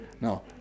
No